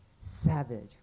savage